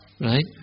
Right